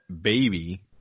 baby